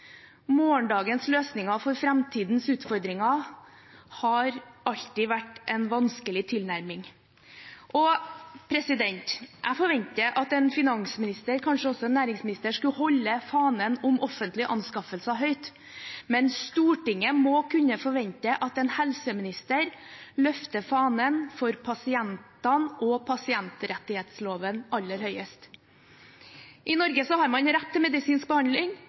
Morgendagens løsninger for framtidens utfordringer har alltid vært en vanskelig tilnærming. Jeg forventer at en finansminister, kanskje også en næringsminister, skal holde fanen om offentlige anskaffelser høyt, men Stortinget må kunne forvente at en helseminister løfter fanen for pasientene og pasientrettighetsloven aller høyest. I Norge har man rett til medisinsk behandling,